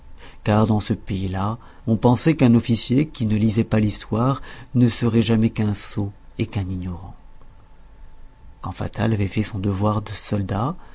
car dans ce pays-là on pensait qu'un officier qui ne lisait pas l'histoire ne serait jamais qu'un sot et qu'un ignorant quand fatal avait fait son devoir de soldat